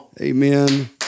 Amen